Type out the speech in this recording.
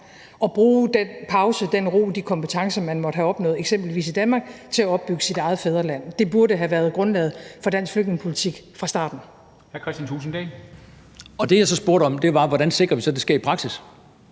og bruge den pause, den ro og de kompetencer, man måtte have opnået i f.eks. Danmark, til at opbygge sit eget fædreland. Det burde have været grundlaget for dansk flygtningepolitik fra starten. Kl. 13:38 Formanden (Henrik